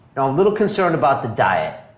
a little concerned about the diet.